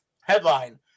Headline